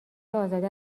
ازاده